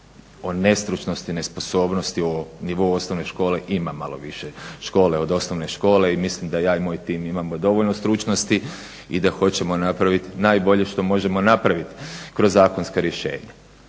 o nestručnosti, nesposobnosti u ovom nivou osnovne škole. Ima malo više škole od osnovne škole mislim da ja i moj tim imamo dovoljno stručnosti i da hoćemo napraviti najbolje što možemo napraviti kroz zakonska rješenja.